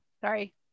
Sorry